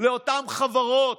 לאותן חברות: